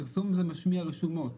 פרסום זה לפי הרשומות.